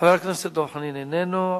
חבר הכנסת דב חנין, איננו.